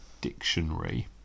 dictionary